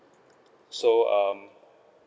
so um